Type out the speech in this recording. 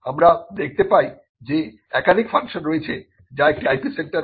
আমরা দেখতে পাই যে একাধিক ফাংশন রয়েছে যা একটি IP সেন্টার করে